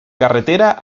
carretera